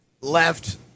left